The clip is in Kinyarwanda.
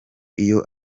iyo